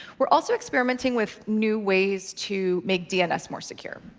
we're also experimenting with new ways to make dns more secure.